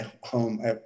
home